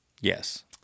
Yes